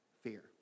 Fear